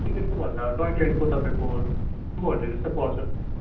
टिकेटको भन्दा टोय ट्रेनको तपाईँको टू हन्ड्रेडजस्तै पर्छ